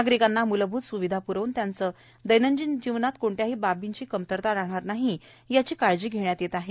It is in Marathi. नागरिकांना मुलभूत सोयी सुविधा प्रवून त्यांना दैनंदिन जिवनात कोणत्याही बाबींची कमतरता राहणार नाही याचीही दक्षता घेण्यात येत आहे